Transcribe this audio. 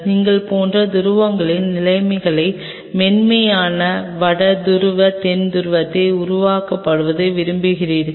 நீங்கள் போன்ற துருவங்களின் நிலைமைகளை மென்மையான வட துருவ தென் துருவத்தை உருவகப்படுத்த விரும்புகிறீர்கள்